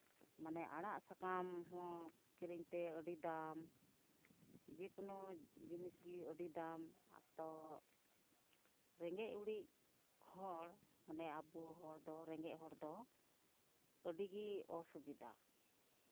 ᱢᱟᱱᱮ ᱟᱲᱟᱜ ᱥᱟᱠᱟᱢ ᱦᱚᱸ ᱠᱤᱮᱤᱧ ᱛᱮ ᱟᱹᱰᱤ ᱫᱟᱢ ᱡᱮᱠᱳᱱᱳ ᱡᱤᱱᱤᱥᱜᱮ ᱟᱹᱰᱤ ᱫᱟᱢ ᱛᱳ ᱨᱮᱸᱜᱮᱡ ᱚᱨᱮᱡ ᱦᱚᱲ ᱢᱟᱱᱮ ᱦᱚᱲᱫᱚ ᱨᱮᱸᱜᱮᱡ ᱦᱚᱲ ᱫᱚ ᱟᱹᱰᱤᱜᱮ ᱚᱥᱩᱵᱤᱫᱷᱟ